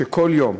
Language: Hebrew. שכל יום,